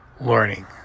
learning